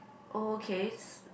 oh okay s~